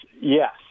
yes